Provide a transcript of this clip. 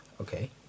okay